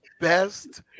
best